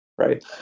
right